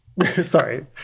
Sorry